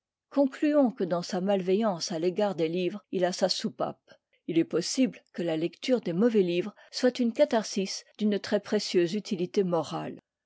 concluons que dans sa malveillance à l'égard des livres il a sa soupape il est possible que la lecture des mauvais livres soit une catharsis d'une très précieuse utilité morale